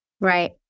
Right